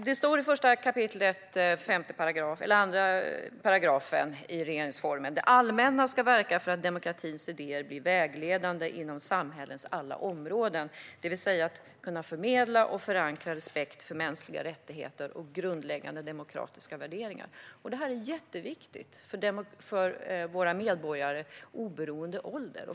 Det står i 1 kap. 2 § regeringsformen: Det allmänna ska verka för att demokratins idéer blir vägledande inom samhällets alla områden. Det handlar om att kunna förmedla och förankra respekt för mänskliga rättigheter och grundläggande demokratiska värderingar. Detta är jätteviktigt för våra medborgare, oberoende av ålder.